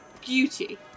beauty